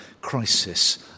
crisis